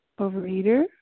overeater